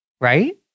Right